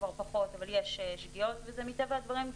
כבר פחות אבל יש שגיאות וזה מטבע הדברים,